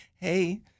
hey